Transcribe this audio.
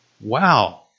Wow